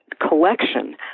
collection